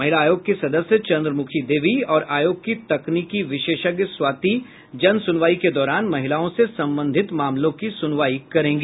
महिला आयोग की सदस्य चन्द्रमुखी देवी और आयोग की तकनीकी विशेषज्ञ स्वाति जन सुनवाई के दौरान महिलाओं से संबंधित मामलों की सुनवाई करेंगी